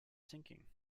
sinking